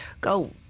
go